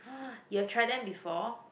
you have tried them before